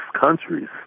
countries